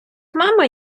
мама